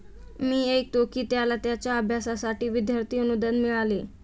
मी ऐकतो की त्याला त्याच्या अभ्यासासाठी विद्यार्थी अनुदान मिळाले